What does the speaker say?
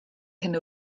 hyn